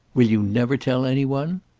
will you never tell any one?